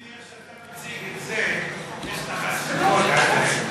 לפי איך שאתה מציג את זה, יש לך ספקות עדיין.